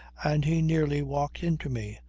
and he nearly walked into me.